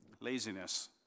Laziness